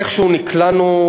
איכשהו נקלענו,